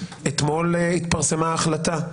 אתמול התפרסמה החלטה,